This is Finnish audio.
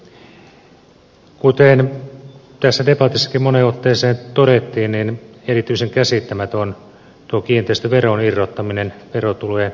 kuten tässä debatissakin moneen otteeseen todettiin erityisen käsittämätön on tuo kiinteistöveron irrottaminen verotulojen tasauksesta